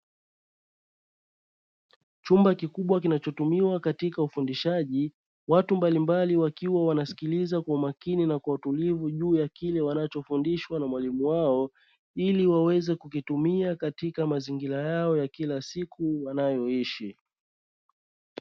Chumba kikubwa kinachotumiwa katika ufundishaji, watu mbalimbali wakiwa wanasikiliza kwa umakini na kwa utulivu juu ya kile wanachofundishwa na mwalimu wao, ili waweze kukitumia katika mazingira yao ya kila siku wanayoishi.